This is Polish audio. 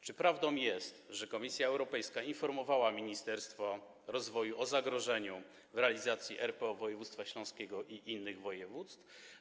Czy prawdą jest, że Komisja Europejska informowała ministerstwo rozwoju o zagrożeniu w realizacji RPO województwa śląskiego i innych województw?